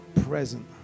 present